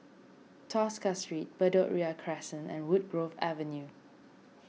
Tosca Street Bedok Ria Crescent and Woodgrove Avenue